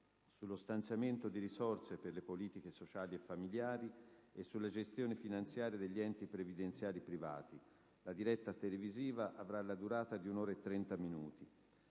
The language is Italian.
sullo stanziamento di risorse per le politiche sociali e familiari e sulla gestione finanziaria degli enti previdenziali privati. La diretta televisiva avrà la durata di un'ora e trenta minuti.